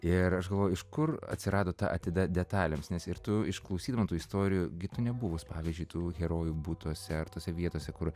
ir aš galvoju iš kur atsirado ta atida detalėms nes ir tu išklausydama tų istorijų gi tu nebuvus pavyzdžiui tų herojų butuose ar tose vietose kur